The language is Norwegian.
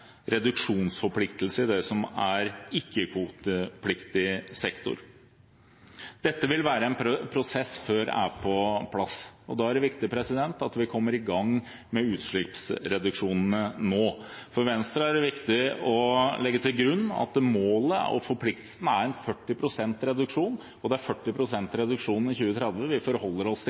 sektor. Det vil være en prosess før dette er på plass, og da er det viktig at vi kommer i gang med utslippsreduksjonene nå. For Venstre er det viktig å legge til grunn at målet og forpliktelsen er en 40 pst. reduksjon, at det er en 40 pst. reduksjon innen 2030 vi forholder oss til,